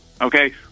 okay